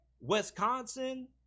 Wisconsin